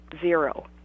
zero